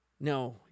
No